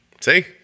See